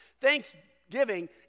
Thanksgiving